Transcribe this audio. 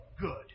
Good